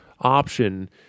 option